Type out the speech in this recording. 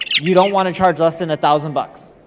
you don't wanna charge less than a thousand bucks.